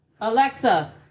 Alexa